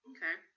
Okay